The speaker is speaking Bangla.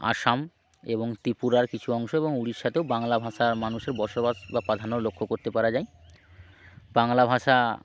আসাম এবং ত্রিপুরার কিছু অংশ এবং উড়িষ্যাতেও বাংলা ভাষার মানুষের বসবাস বা প্রাধান্য লক্ষ্য করতে পারা যায় বাংলা ভাষা